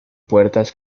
puertas